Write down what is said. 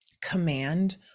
command